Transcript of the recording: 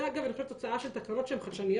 זה אגב תוצאה של תקנות שהן חדשניות,